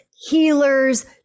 healers